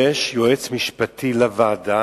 יש יועץ משפטי לוועדה